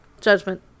judgment